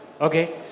Okay